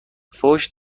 فحش